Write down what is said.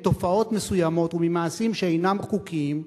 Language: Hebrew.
מתופעות מסוימות וממעשים שאינם חוקיים,